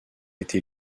été